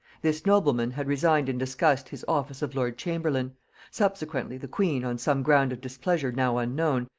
this nobleman had resigned in disgust his office of lord-chamberlain subsequently, the queen, on some ground of displeasure now unknown,